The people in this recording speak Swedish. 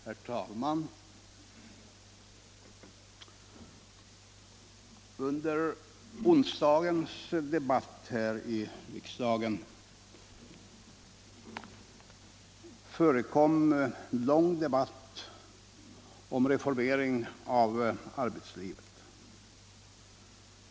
Herr talman! Under onsdagen förekom här i riksdagen en lång debatt om reformering av arbetslivet.